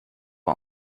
wel